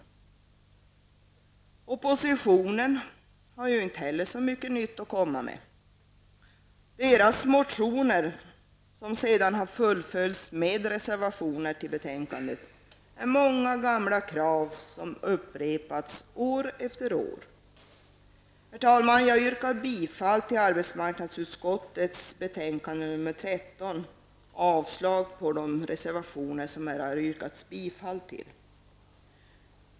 Oppositionen har inte heller så mycket nytt att komma med. Deras motioner, som sedan har fullföljts med reservationer till betänkandet, innehåller många gamla krav som upprepats år efter år. Herr talman! Jag yrkar bifall till arbetsmarknadsutskottets betänkande nr 13 och avslag på de reservationer som här har yrkats bifall till.